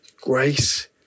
grace